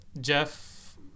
Jeff